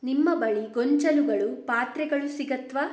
ನಿಮ್ಮ ಬಳಿ ಗೊಂಚಲುಗಳು ಪಾತ್ರೆಗಳು ಸಿಗತ್ವಾ